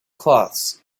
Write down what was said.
cloths